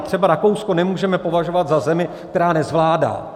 Třeba Rakousko nemůžeme považovat za zemi, která nezvládá.